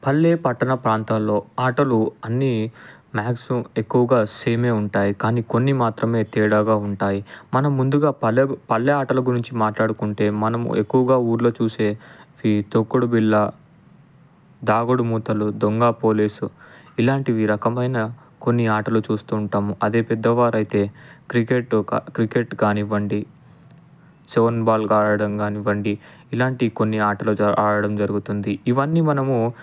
పల్లె పట్టణ ప్రాంతాల్లో ఆటలు అన్ని మ్యాక్సిమమ్ ఎక్కువగా సేమే ఉంటాయి కానీ కొన్ని మాత్రమే తేడాగా ఉంటాయి మన ముందుగా పల్లె పల్లె ఆటల గురించి మాట్లాడుకుంటే మనం ఎక్కువగా ఊరిలో చూసేవి తొక్కుడు బిళ్ళ దాగుడుమూతలు దొంగ పోలీసు ఇలాంటివి రకమైన కొన్ని ఆటలు చూస్తూ ఉంటాము అదే పెద్దవారైతే క్రికెట్ కా క్రికెట్ కానివ్వండి సెవెన్ బాల్ ఆడడం కానివ్వండి ఇలాంటి కొన్ని ఆటలు ఆడడం జరుగుతుంది ఇవన్నీ మనము